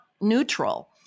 neutral